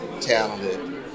talented